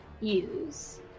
use